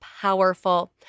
powerful